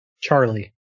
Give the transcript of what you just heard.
Charlie